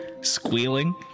squealing